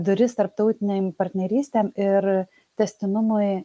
duris tarptautinėm partnerystėm ir tęstinumui